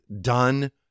done